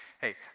Hey